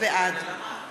בעד